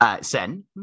Sen